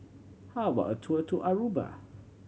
how about a tour to Aruba